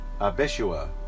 Abishua